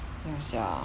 ya sia